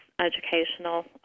educational